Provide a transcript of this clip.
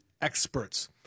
experts